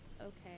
Okay